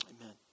Amen